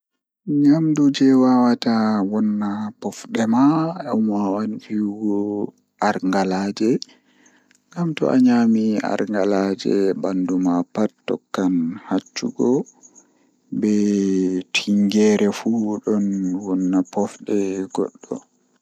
Njamaaji ɗiɗi ɗiɗi waɗata waɗude faɗoore ngal ngam goɗɗo. Ko ɗe waɗa rewti rewɓe njamaaji ngorko ngal ngam nde ɗe waɗi faɗoore ɗiɗo ngal ngal. Njamaaji ɗe feere ɗum waɗa rewɓe ngam ɗe waɗata rewɓe ngal rewɓe ngal sabu ngal ngal.